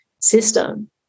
system